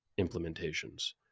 implementations